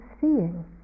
seeing